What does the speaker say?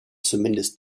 zumindest